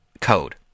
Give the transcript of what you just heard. code